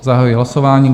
Zahajuji hlasování.